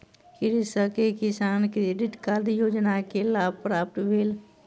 कृषक के किसान क्रेडिट कार्ड योजना के लाभ प्राप्त भेल